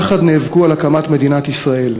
יחד נאבקו על הקמת מדינת ישראל.